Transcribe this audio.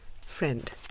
Friend